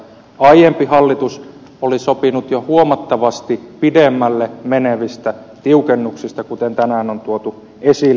aiempi hallitus oli sopinut jo huomattavasti pidemmälle menevistä tiukennuksista kuten tänään on tuotu esille